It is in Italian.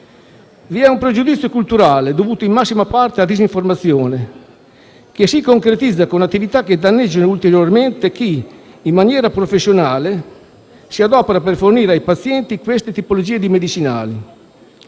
Vi è un pregiudizio culturale, dovuto in massima parte a disinformazione, che si concretizza con attività che danneggiano ulteriormente chi, in maniera professionale, si adopera per fornire ai pazienti queste tipologie di medicinali: